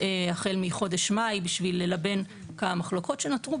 החל מחודש מאי בשביל ללבן את המחלוקות שנותרו,